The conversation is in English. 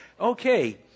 Okay